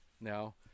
now